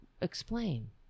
Explain